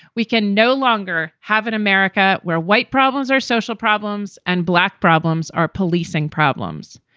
we can no longer have an america where white problems are social problems and black problems are policing problems.